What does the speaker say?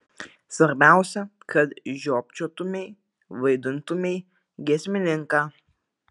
svarbiausia kad žiopčiotumei vaidintumei giesmininką